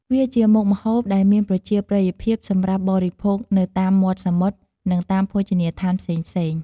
វាជាមុខម្ហូបដែលមានប្រជាប្រិយភាពសម្រាប់បរិភោគនៅតាមមាត់សមុទ្រនិងតាមភោជនីយដ្ឋានផ្សេងៗ។